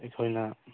ꯑꯩꯈꯣꯏꯅ